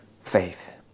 faith